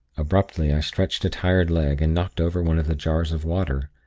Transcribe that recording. abruptly, i stretched a tired leg, and knocked over one of the jars of water.